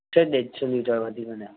सेठ ॾेढु सौ लीटर वधीक न